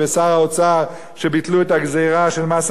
שביטלו את הגזירה של מס הכנסה על אלה שמרוויחים